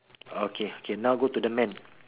okay K now go to the man